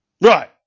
Right